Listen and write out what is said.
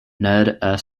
ned